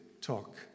talk